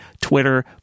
Twitter